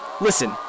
listen